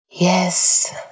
Yes